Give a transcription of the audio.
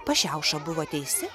pašiauša buvo teisi